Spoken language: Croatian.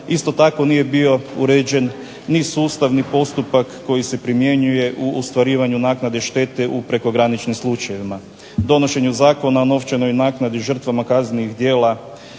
Isto tako nije bio uređen ni sustav ni postupak koji se primjenjuje u ostvarivanju naknade štete u prekograničnim slučajevima. Donošenjem Zakona o novčanoj naknadi žrtvama kaznenih djela